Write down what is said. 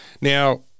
Now